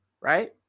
right